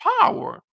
power